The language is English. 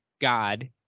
god